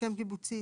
הסכם קיבוצי,